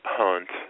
hunt